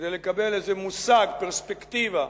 כדי לקבל איזה מושג, פרספקטיבה,